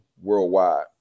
worldwide